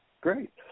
great